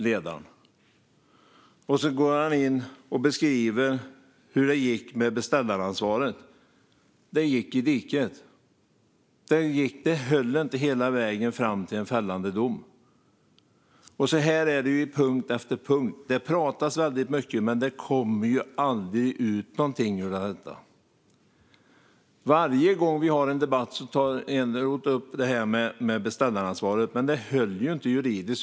Sedan går han in och beskriver hur det gick med beställaransvaret. Det gick i diket; det höll inte hela vägen fram till en fällande dom. Så här är det på punkt efter punkt: Det pratas väldigt mycket, men det kommer ju aldrig ut någonting av det. Varje gång vi har en debatt tar Eneroth upp det här med beställaransvaret, men det höll ju inte juridiskt.